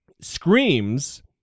screams